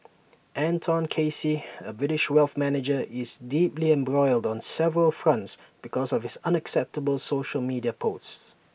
Anton Casey A British wealth manager is deeply embroiled on several fronts because of his unacceptable social media posts